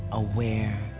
aware